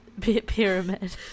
Pyramid